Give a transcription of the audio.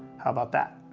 how' bout that?